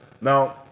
Now